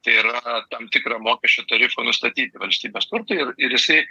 tai yra tam tikrą mokesčio tarifą nustatyti valstybės turtui ir ir jisai